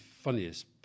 funniest